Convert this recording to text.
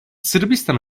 sırbistan